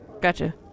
gotcha